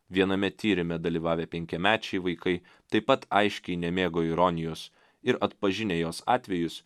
viename tyrime dalyvavę penkiamečiai vaikai taip pat aiškiai nemėgo ironijos ir atpažinę jos atvejus